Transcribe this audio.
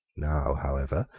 now, however,